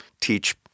teach